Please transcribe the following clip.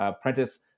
Prentice